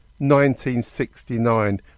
1969